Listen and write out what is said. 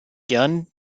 gern